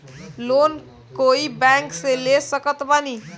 Loan कोई bank से ले सकत बानी?